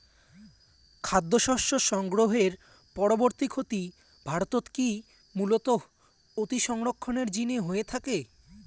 খাদ্যশস্য সংগ্রহের পরবর্তী ক্ষতি ভারতত কি মূলতঃ অতিসংরক্ষণের জিনে হয়ে থাকে?